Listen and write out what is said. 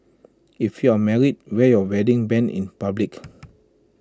if you're married wear your wedding Band in public